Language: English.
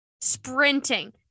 sprinting